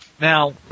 Now